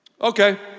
Okay